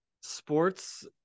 sports